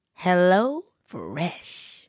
HelloFresh